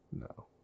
No